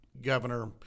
Governor